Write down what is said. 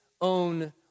own